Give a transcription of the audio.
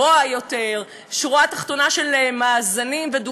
בכלל, רק שתדעו, אזרח רגיל שאתה שולל לו אזרחות,